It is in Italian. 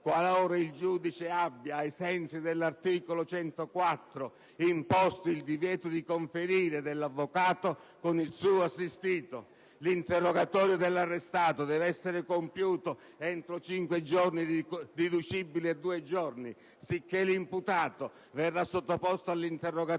104 del codice di procedura penale, abbia imposto il divieto di conferire dell'avvocato con il suo assistito. L'interrogatorio dell'arrestato deve essere compiuto entro cinque giorni (riducibili a due); sicché, l'imputato verrà sottoposto all'interrogatorio